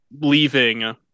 leaving